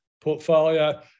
portfolio